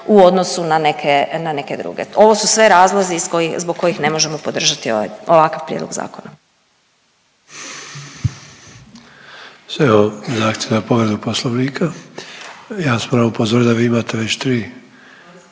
u odnosu na neke druge. Ovo su sve razlozi zbog kojih ne možemo podržati ovakav prijedlog zakona. **Sanader, Ante (HDZ)** Sad imamo zahtjev za povredu Poslovnika. Ja vas moram upozoriti da vi već imate već tri.